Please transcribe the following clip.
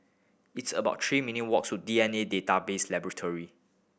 it's about three minute walk to D N A Database Laboratory